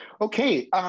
okay